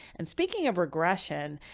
and speaking of regression,